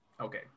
Okay